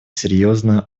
серьезную